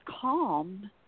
calm